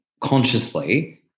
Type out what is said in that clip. consciously